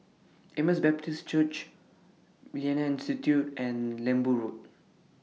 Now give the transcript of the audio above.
Emmaus Baptist Church Millennia Institute and Lembu Road